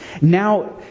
now